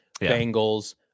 Bengals